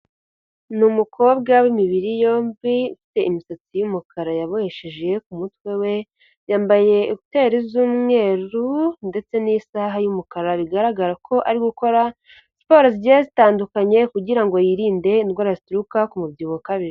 Ni umukobwa w'imibiri yombi, ufite imisatsi y'umukara yabohesheje ku mutwe we, yambaye kuteri z'umweru ndetse nisaha y'umukara bigaragara ko ari gukora siporo zigiye zitandukanye, kugirango yirinde indwara zituruka ku umubyibuho ukabije.